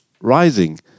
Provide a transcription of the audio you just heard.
rising